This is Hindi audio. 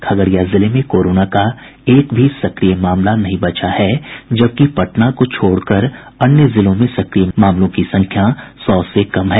खगड़िया जिले में कोरोना का एक भी सक्रिय मामला नहीं बचा है जबकि पटना को छोड़कर अन्य जिलों में सक्रिय मामलों की संख्या सौ से कम है